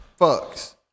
Fucks